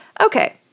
Okay